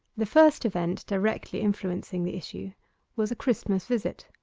the first event directly influencing the issue was a christmas visit.